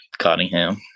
Cottingham